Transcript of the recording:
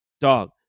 dog